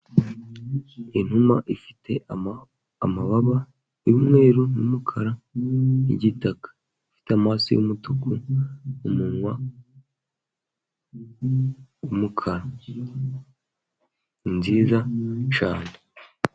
Inuma ifite amababa y'umweru n'umukara n'igitaka. Ifite amaso y'umutuku ,umunwa w'umukara . Ni nziza cyane.